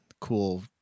cool